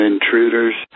Intruders